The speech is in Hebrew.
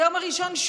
היום הראשון,